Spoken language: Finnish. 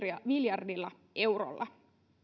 miljardilla eurolla